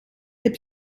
heb